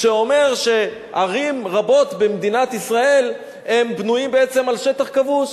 שאומר שערים רבות במדינת ישראל בנויות בעצם על שטח כבוש.